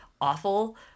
awful